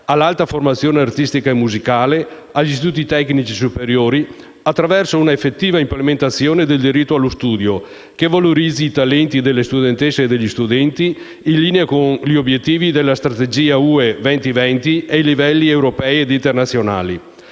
all'alta formazione artistica e musicale e agli istituti tecnici superiori, attraverso un'effettiva implementazione del diritto allo studio, che valorizzi i talenti delle studentesse e degli studenti, in linea con gli obiettivi della strategia Europa 2020 e i livelli europei ed internazionali.